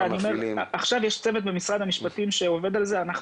יש צוות במשרד המשפטים שעובד על זה עכשיו.